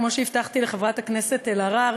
כמו שהבטחתי לחברת הכנסת אלהרר,